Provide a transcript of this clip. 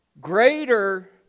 Greater